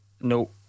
No